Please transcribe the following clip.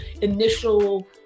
initial